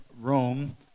Rome